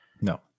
No